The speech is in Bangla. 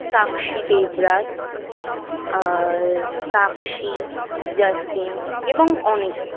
সাক্ষী দেবরাজ সাক্ষী জাস্টিন এবং অনেকে